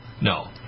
No